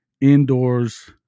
indoors